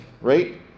right